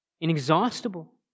Inexhaustible